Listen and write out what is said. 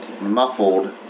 muffled